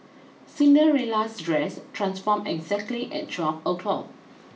Cinderella's dress transformed exactly at twelve o'clock